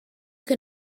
can